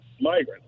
migrants